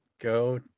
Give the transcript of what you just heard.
go